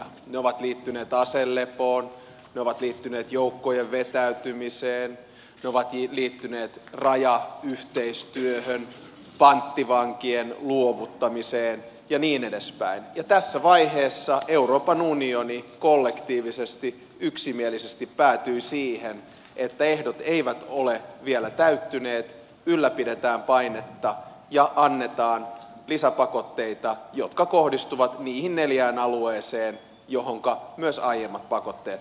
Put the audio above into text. ne ovat liittyneet aselepoon ne ovat liittyneet joukkojen vetäytymiseen ne ovat liittyneet rajayhteistyöhön panttivankien luovuttamiseen ja niin edespäin ja tässä vaiheessa euroopan unioni kollektiivisesti yksimielisesti päätyi siihen että ehdot eivät ole vielä täyttyneet ylläpidetään painetta ja annetaan lisäpakotteita jotka kohdistuvat niihin neljään alueeseen joihinka myös aiemmat pakotteet kohdistuivat